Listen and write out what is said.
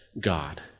God